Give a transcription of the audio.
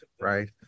right